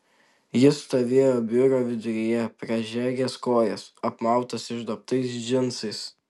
jis stovėjo biuro viduryje pražergęs kojas apmautas išduobtais džinsais